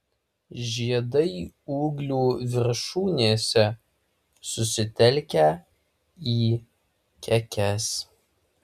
žiedai ūglių viršūnėse susitelkę į kekes